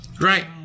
Right